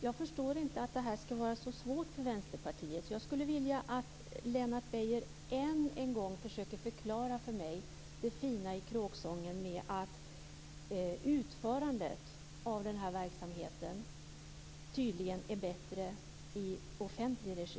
Jag förstår inte att det skall vara så svårt för Vänsterpartiet. Jag skulle vilja att Lennart Beijer än en gång försöker förklara för mig det fina i kråksången, att utförandet av verksamheten tydligen alltid sker bättre i offentlig regi.